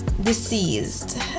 deceased